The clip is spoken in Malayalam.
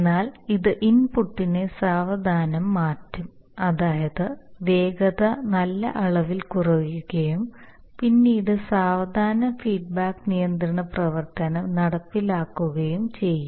എന്നാൽ ഇത് ഇൻപുട്ടിനെ സാവധാനം മാറ്റും അതായത് വേഗത നല്ല അളവിൽ കുറയുകയും പിന്നീട് സാവധാനം ഫീഡ്ബാക്ക് നിയന്ത്രണ പ്രവർത്തനം നടപ്പിലാക്കുകയും ചെയ്യും